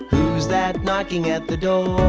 who's that knocking at the door?